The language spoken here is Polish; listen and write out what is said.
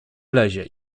wlezie